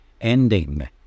ending